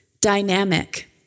dynamic